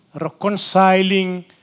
reconciling